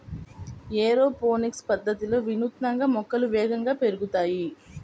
aeroponics పద్ధతిలో వినూత్నంగా మొక్కలు వేగంగా పెరుగుతాయి